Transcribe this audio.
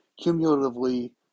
cumulatively